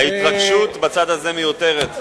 ההתרגשות בצד הזה מיותרת.